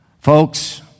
folks